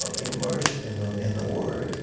ah immersed in the in the word,